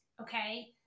Okay